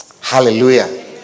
Hallelujah